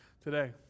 today